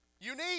unique